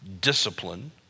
discipline